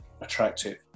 attractive